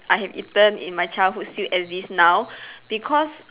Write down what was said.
I have eaten in my childhood still exist now because